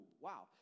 wow